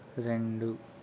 రెండు